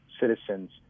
citizens